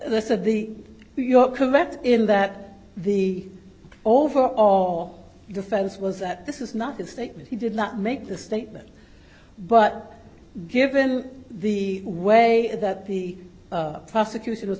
they said the you're correct in that the overall defense was that this is not a statement he did not make the statement but given the way that the prosecut